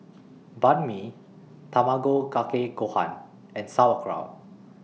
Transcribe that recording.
Banh MI Tamago Kake Gohan and Sauerkraut